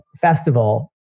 festival